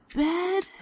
bed